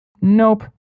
nope